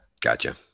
Gotcha